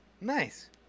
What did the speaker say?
Nice